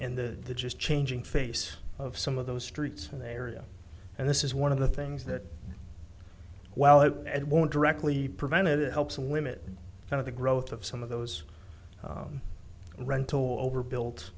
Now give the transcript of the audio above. n the the just changing face of some of those streets in the area and this is one of the things that while that won't directly prevented it helps women kind of the growth of some of those rental overbuilt